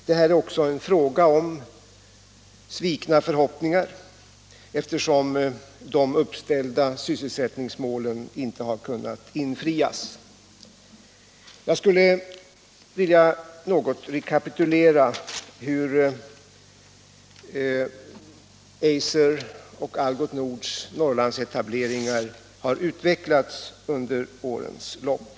Det är här också fråga om svikna förhoppningar, eftersom de uppställda sysselsättningsmålen inte har kunnat infrias. Jag skulle vilja något rekapitulera hur Eisers och Algots Nords etableringar i Norrland har utvecklats under årens lopp.